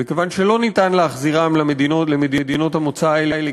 וכיוון שלא ניתן להחזירם למדינות המוצא האלה,